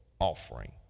offering